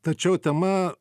tačiau tema